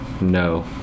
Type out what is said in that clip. No